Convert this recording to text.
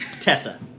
Tessa